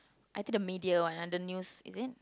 I think the media one under news is it